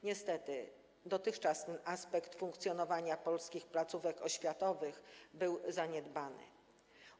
Niestety dotychczas ten aspekt funkcjonowania polskich placówek oświatowych był zaniedbywany.